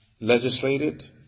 legislated